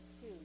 two